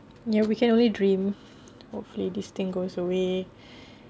ya we can only dream hopefully this thing goes away